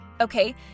Okay